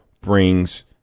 brings